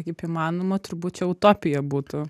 kaip įmanoma turbūt čia utopija būtų